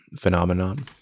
phenomenon